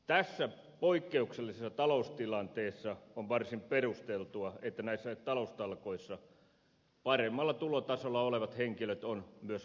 tässä poikkeuksellisessa taloustilanteessa on varsin perusteltua että näissä taloustalkoissa paremmalla tulotasolla olevat henkilöt ovat myös vahvemmin mukana